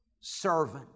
Servant